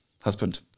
Husband